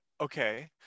Okay